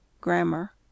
grammar